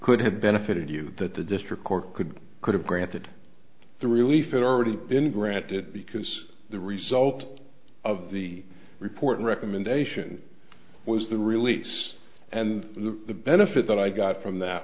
could have benefited you that the district court could could have granted the relief had already been granted because the result of the reporting recommendation was the release and the benefit that i got from that